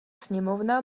sněmovna